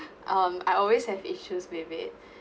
um I always have issues with it